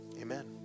amen